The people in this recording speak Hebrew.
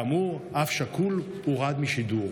כאמור, אב שכול הורד משידור.